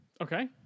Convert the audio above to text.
Okay